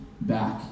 back